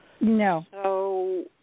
No